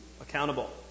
accountable